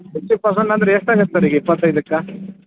sixty percent ಅಂದರೆ ಎಷ್ಟು ಆಗತ್ತೆ ಸರ್ ಈಗ ಇಪ್ಪತೈದಕ್ಕೆ